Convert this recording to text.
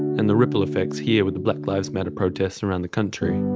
and the ripple effects here with the black lives matter protests around the country.